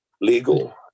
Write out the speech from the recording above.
legal